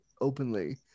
openly